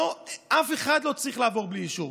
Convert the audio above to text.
אף אחד לא צריך לעבור בלי אישור,